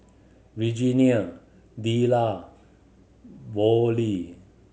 Regenia Della Vollie